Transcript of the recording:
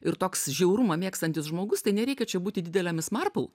ir toks žiaurumą mėgstantis žmogus tai nereikia čia būti didele mis marpl